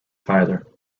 tyler